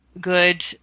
good